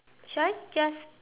should I just